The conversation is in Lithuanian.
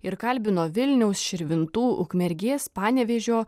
ir kalbino vilniaus širvintų ukmergės panevėžio